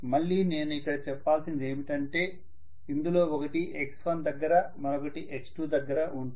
మళ్ళీ నేను ఇక్కడ చెప్పాల్సింది ఏమంటే ఇందులో ఒకటి x1 దగ్గర మరొకటి x2 దగ్గర ఉంటుంది